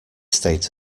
state